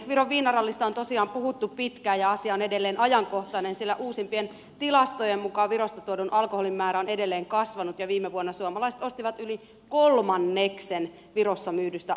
viron viinarallista on tosiaan puhuttu pitkään ja asia on edelleen ajankohtainen sillä uusimpien tilastojen mukaan virosta tuodun alkoholin määrä on edelleen kasvanut ja viime vuonna suomalaiset ostivat yli kolmanneksen virossa myydystä alkoholista